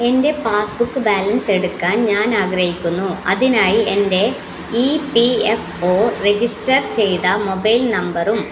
എൻ്റെ passbook balance എടുക്കാൻ ഞാൻ ആഗ്രഹിക്കുന്നു അതിനായി എൻ്റെ E P F O register ചെയ്ത മൊബൈൽ നമ്പറും